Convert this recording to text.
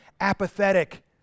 apathetic